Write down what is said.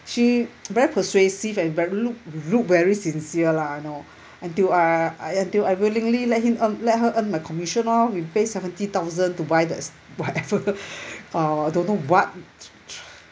she very persuasive and very look look very sincere lah I know until I until I willingly let him let her earn my commission lor we pay seventy thousand to buy this whatever uh don't know what tra~